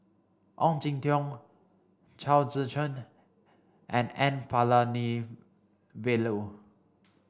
Ong Jin Teong Chao Tzee Cheng and N Palanivelu